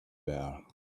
better